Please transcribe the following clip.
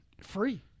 free